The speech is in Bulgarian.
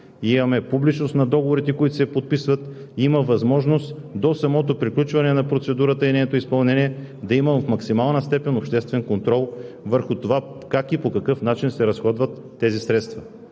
имаме публичност на договорите, които се подписват, има възможност до самото приключване на процедурата и нейното изпълнение да има в максимална степен обществен контрол върху това как и по какъв начин се разходват тези средства.